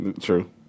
True